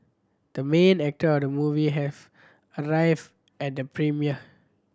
the main actor of the movie have arrive at the premiere